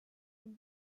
une